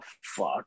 fuck